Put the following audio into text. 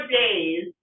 days